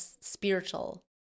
spiritual